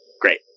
great